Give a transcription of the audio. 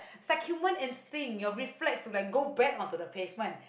is like human instinct your reflex to like go back on to the pavement